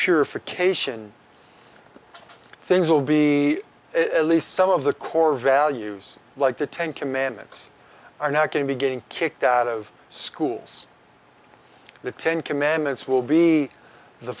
purification things will be at least some of the core values like the ten commandments are not going to be getting kicked out of schools the ten commandments will be the